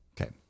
Okay